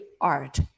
art